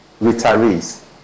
retirees